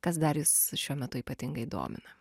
kas dar jus šiuo metu ypatingai domina